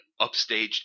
upstaged